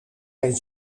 geen